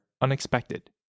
unexpected